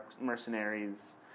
mercenaries